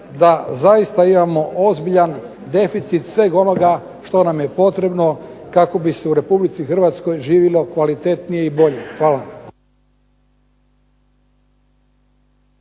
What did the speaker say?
da zaista imamo ozbiljan deficit svega onoga što nam je potrebno kako bi se u REpublici HRvatskoj živilo kvalitetnije i bolje. Hvala.